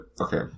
okay